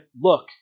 Look